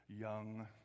young